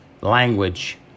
language